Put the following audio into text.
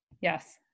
Yes